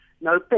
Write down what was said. no